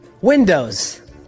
Windows